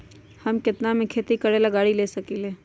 हम केतना में खेती करेला गाड़ी ले सकींले?